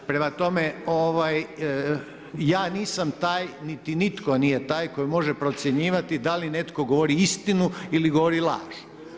Prema tome, ja nisam taj niti nitko nije taj, koji može procjenjivati da li netko govori istinu ili govori laž.